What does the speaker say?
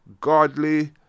godly